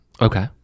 Okay